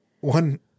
One